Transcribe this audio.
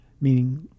meaning